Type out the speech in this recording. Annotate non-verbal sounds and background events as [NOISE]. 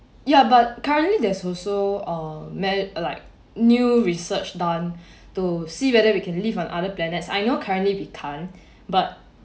ya but currently there's also um like new research done [BREATH] to see whether we can live on other planets I know currently we can't [BREATH] but